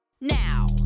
now